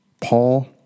Paul